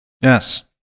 Yes